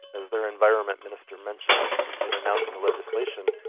as their environment minister mentioned when announcing the legislation,